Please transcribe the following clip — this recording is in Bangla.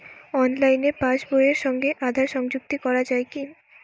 অনলাইনে পাশ বইয়ের সঙ্গে আধার সংযুক্তি করা যায় কি?